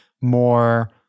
more